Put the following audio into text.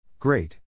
Great